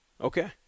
Okay